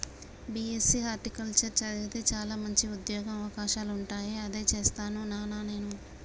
BSc horticulture చదివితే చాల మంచి ఉంద్యోగ అవకాశాలుంటాయి అదే చేస్తాను నానా నేను